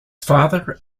father